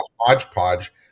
hodgepodge